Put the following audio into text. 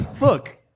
Look